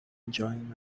enjoying